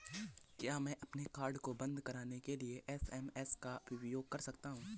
क्या मैं अपने कार्ड को बंद कराने के लिए एस.एम.एस का उपयोग कर सकता हूँ?